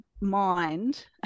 mind